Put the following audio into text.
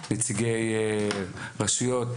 נציגי רשויות,